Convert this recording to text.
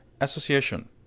Association